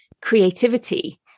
creativity